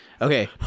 Okay